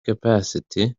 capacity